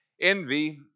Envy